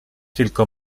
tylko